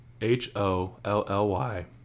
h-o-l-l-y